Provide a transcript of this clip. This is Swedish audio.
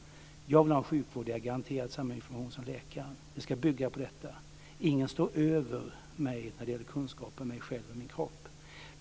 Jag vill ha en sjukvård där jag är garanterad samma information som läkaren. Det ska bygga på detta. Ingen står över mig när det gäller kunskap om mig själv och min kropp.